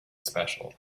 special